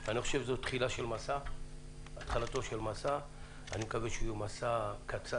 אני חושב שזאת התחלתו של מסע ואני מקווה שהוא יהיה מסע קצר,